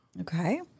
Okay